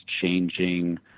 changing